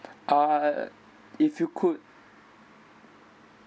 ah if you could